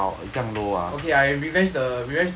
okay I revenge the revenge the guy already